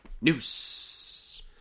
noose